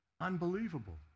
Unbelievable